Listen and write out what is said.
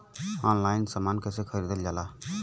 Online समान कैसे खरीदल जाला?